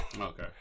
okay